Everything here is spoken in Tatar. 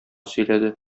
сөйләде